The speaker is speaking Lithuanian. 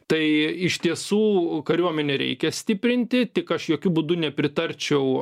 tai iš tiesų kariuomenę reikia stiprinti tik aš jokiu būdu nepritarčiau